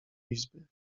izbie